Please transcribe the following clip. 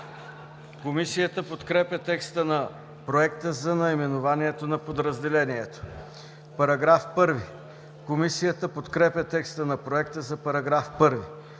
Комисията подкрепя текста на проекта за наименованието на подразделението. Комисията подкрепя текста на Проекта за § 1.